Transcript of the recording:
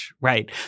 right